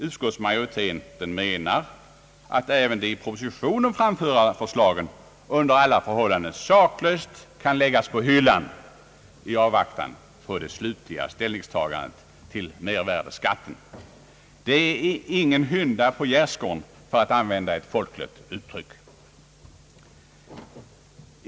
Utskottsmajoriteten menar att även de i propositionen framförda förslagen under alla förhållanden saklöst kan läggas på hyllan i avvaktan på det slutliga ställningstagandet till mervärdeskatten. Ingen hynda hänger på gärdesgården — för att använda ett folkligt uttryck.